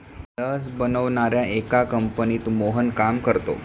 लस बनवणाऱ्या एका कंपनीत मोहन काम करतो